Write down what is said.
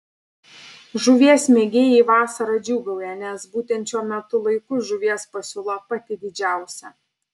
žuvies mėgėjai vasarą džiūgauja nes būtent šiuo metų laiku žuvies pasiūla pati didžiausia